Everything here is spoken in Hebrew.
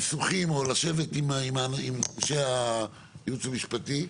הניסוחים או לשבת עם אנשי הייעוץ המשפטי.